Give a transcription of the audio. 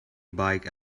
bike